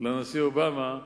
לנשיא אובמה,